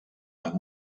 amb